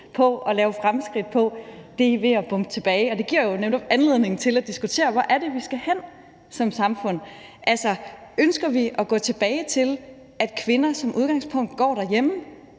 på at lave fremskridt på, er ved at blive bombet tilbage, og det giver jo netop anledning til at diskutere, hvor det er, vi skal hen som samfund. Altså, ønsker vi at gå tilbage til, at kvinder som udgangspunkt går derhjemme,